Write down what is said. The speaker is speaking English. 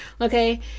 Okay